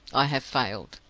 i have failed.